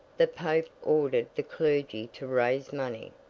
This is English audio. the pope ordered the clergy to raise money.